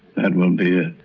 that will be it.